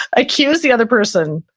accuse the other person.